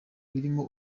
birimo